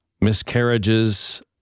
miscarriages